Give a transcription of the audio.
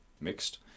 mixed